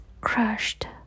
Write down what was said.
Crushed